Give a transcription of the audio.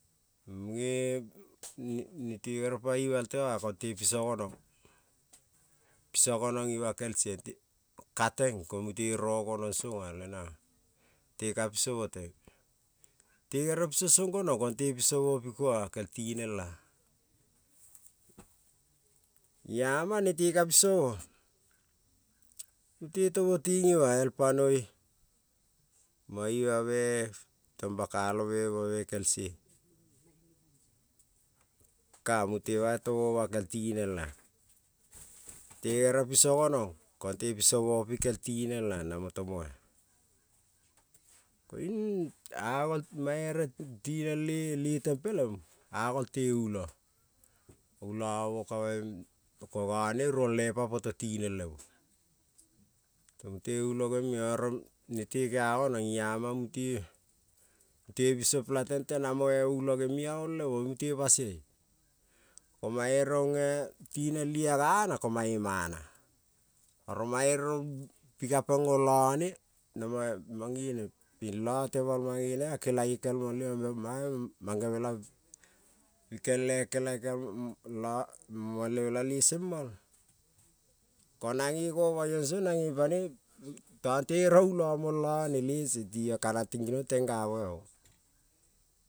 E monge nete pai me ima el tema kon te piso gonong ima kel sembe, ka teng mute ro gonon song tenan te ka pisomo teng ka te ka pisomo teng tekere piso long gonon kong te pisomo piko a kel tinel lama nete kapiso mo mute, temo ting ima tong baka lo me ima ke se ka mute, bai temo ma keltinel a te kere piso gonom kong te pisomo ima ke tinela koing agol mane kere tinel teten pelen a gol te ulo. Ulo ka bai e ko none ruoine pa poto tinel lemo ko mute ulo gemine oro nete ke ra gonon iama nete, mute biso pela tente ulo aolemo koing mute basai ko mane tinel lia gana ko mute, ko mane rong pikapen on lone pilote mo long a kelaie ping mangeon, na mo le lane le seng mol ko nane no ma yo song nane panoi ko tonte erio ulo molo le seng tiong kanan kinong ten ga mo a ong.